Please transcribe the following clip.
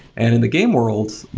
and in the game world,